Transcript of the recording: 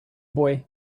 boy